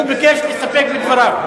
הוא ביקש להסתפק בדבריו.